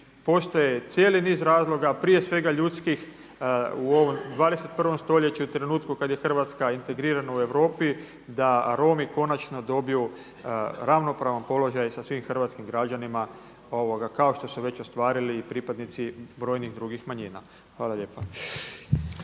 postoji cijeli niz razloga, prije svega ljudskih u ovom 21. stoljeću i trenutku kad je Hrvatska integrirana u Europi da Romi konačno dobiju ravnopravan položaj sa svim hrvatskim građanima kao što su već ostvarili i pripadnici brojnih drugih manjina. **Reiner,